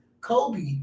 Kobe